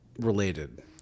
related